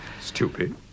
Stupid